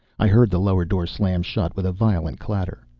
i heard the lower door slam shut with a violent clatter.